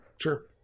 Sure